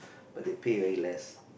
but they pay very less